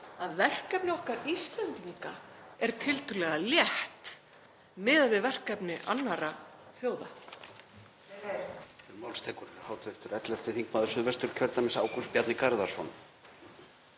að verkefni okkar Íslendinga er tiltölulega létt miðað við verkefni annarra þjóða.